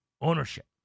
ownership